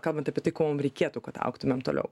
kalbant apie tai ko mum reikėtų kad augtumėm toliau